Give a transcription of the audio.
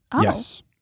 Yes